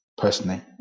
personally